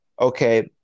okay